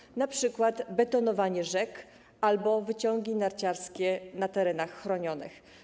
Chodzi np. o betonowanie rzek albo wyciągi narciarskie na terenach chronionych.